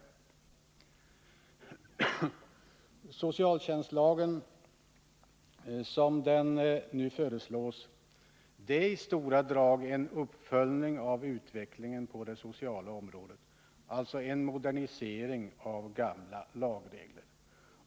Den socialtjänstlag som nu föreslås är i stora drag en uppföljning av utvecklingen på det sociala området, en modernisering av gamla lagregler.